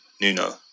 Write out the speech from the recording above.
Nuno